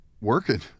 Working